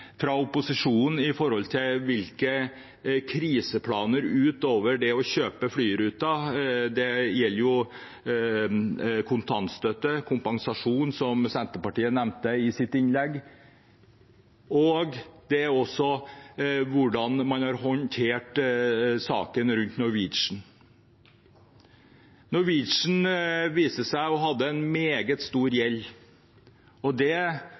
fra opposisjonen når det gjelder kriseplaner utover det å kjøpe flyruter. Det gjelder kontantstøtte, kompensasjon, som representanten fra Senterpartiet nevnte i sitt innlegg, og også hvordan man har håndtert saken rundt Norwegian. Norwegian viste seg å ha meget stor gjeld. De var under omstrukturering – ja, bedriftene og